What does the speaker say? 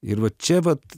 ir va čia vat